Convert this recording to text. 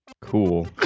cool